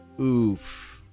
Oof